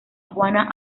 juana